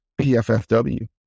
PFFW